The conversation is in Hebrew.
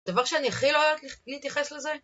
דבר שאני הכי לא יודעת להתייחס לזה